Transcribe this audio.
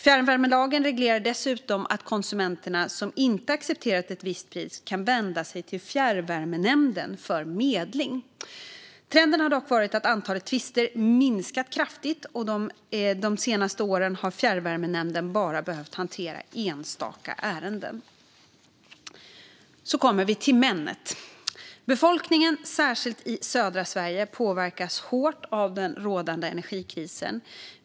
Fjärrvärmelagen reglerar dessutom att konsumenter som inte accepterar ett visst pris kan vända sig till Fjärrvärmenämnden för medling. Trenden har dock varit att antalet tvister minskat kraftigt, och de senaste åren har Fjärrvärmenämnden bara behövt hantera enstaka ärenden. Så kommer vi till men:et. Befolkningen, särskilt i södra Sverige, påverkas hårt av den rådande energikrisen.